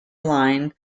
line